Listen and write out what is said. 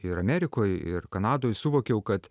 ir amerikoj ir kanadoj suvokiau kad